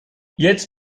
jetzt